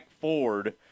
Ford